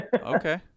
Okay